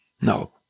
No